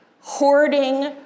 hoarding